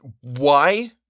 Why